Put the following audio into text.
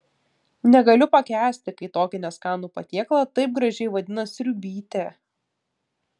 negaliu pakęsti kai tokį neskanų patiekalą taip gražiai vadina sriubytė